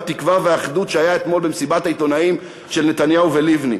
התקווה והאחדות שהיה אתמול במסיבת העיתונאים של נתניהו ולבני.